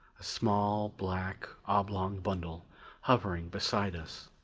a small black, oblong bundle hovering beside us.